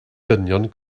dynion